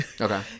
Okay